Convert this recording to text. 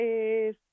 es